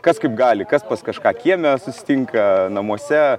kas kaip gali kas pas kažką kieme susitinka namuose